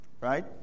Right